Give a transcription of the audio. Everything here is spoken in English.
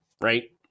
right